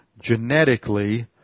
genetically